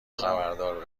خبردار